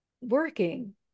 Working